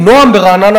"נועם" ברעננה,